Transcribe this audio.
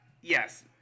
Yes